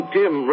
dim